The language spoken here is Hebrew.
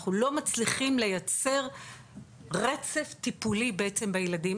אנחנו לא מצליחים לייצר רצף טיפולי בעצם בילדים,